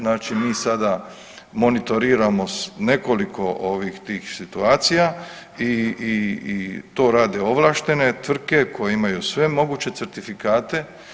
Znači mi sada monitoriramo nekoliko tih situacija i to rade ovlaštene tvrtke koje imaju sve moguće certifikate.